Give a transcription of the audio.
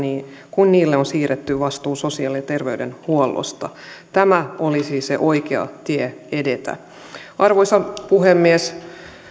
kun niille on siirretty vastuu sosiaali ja terveydenhuollosta tämä olisi se oikea tie edetä arvoisa puhemies